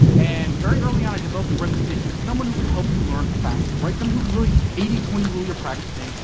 and very early on, i developed a reputation as someone who could help you learn faster, someone um who could really eighty twenty rule your practicing,